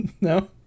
No